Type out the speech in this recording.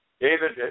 David